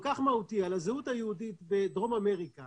כל כך מהותי על הזהות היהודית בדרום אמריקה